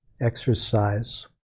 exercise